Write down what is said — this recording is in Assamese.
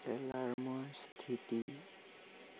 এলাৰ্মৰ স্থিতি